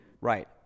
Right